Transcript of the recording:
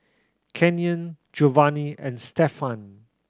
Canyon Giovani and Stefan